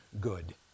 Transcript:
good